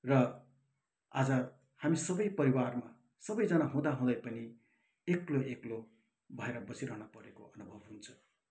र आज हामी सबै परिवारमा सबैजना हुँदा हुँदै पनि एक्लो एक्लो भएर बसिरहनु परेको अनुभव हुन्छ